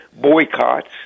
boycotts